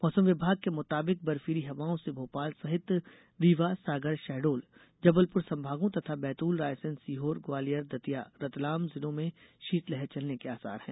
मौसम विभाग के मुताबिक बर्फीली हवाओं से भोपाल सहित रीवा सागर शहडोलजबलपुर संभागों तथा बैतूल रायसेन सीहोर ग्वालियर दतिया रतलाम जिलों में शीतलहर चलने के आसार है